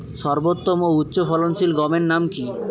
সর্বোত্তম ও উচ্চ ফলনশীল গমের নাম কি?